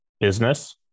business